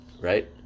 right